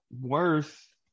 worth